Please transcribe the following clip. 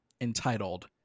entitled